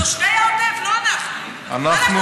תושבי העוטף, לא אנחנו, אדוני השר.